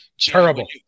Terrible